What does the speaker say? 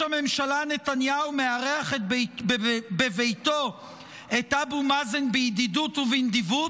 הממשלה נתניהו מארח בביתו את אבו מאזן בידידות ובנדיבות,